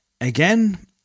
again